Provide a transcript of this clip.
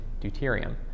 deuterium